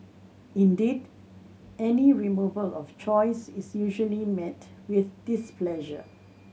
indeed any removal of choice is usually met with displeasure